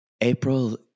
April